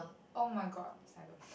oh-my-god cylon